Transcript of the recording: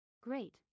Great